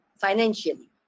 financially